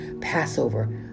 Passover